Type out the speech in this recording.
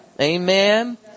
Amen